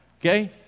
Okay